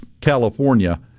California